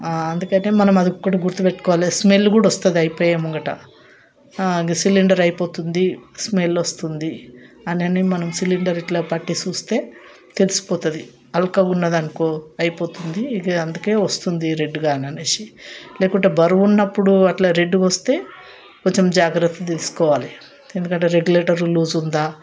అందుకనే మనం అది ఒక్కటి గుర్తుపెట్టుకోవాలి స్మెల్ కూడా వస్తుంది అయిపోయే ముంగిట సిలిండరు అయిపోతుంది స్మెల్ వస్తుంది అని అని మనం సిలిండర్ ఇట్లా పట్టి చూస్తే తెలిసిపోతుంది అల్పంగా ఉన్నదనుకో అయిపోతుంది ఇది అందుకే వస్తుంది రెడ్డుగా అని అనేసి లేకుంటే బరువు ఉన్నప్పుడు అట్లా రెడ్డుగా వస్తే కొంచెం జాగ్రత తీసుకోవాలి ఎందుకంటే రెగ్యులేటర్లు లూసు ఉందా